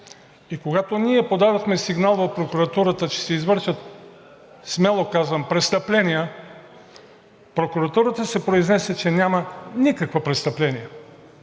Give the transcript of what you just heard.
И когато ние подадохме сигнал в прокуратурата, че се извършват, смело казвам, престъпления, прокуратурата се произнесе, че няма никакво престъпление.